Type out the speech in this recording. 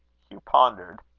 hugh pondered,